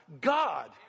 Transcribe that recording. God